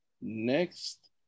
Next